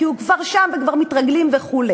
כי הוא כבר שם וכבר מתרגלים וכו'.